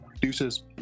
deuces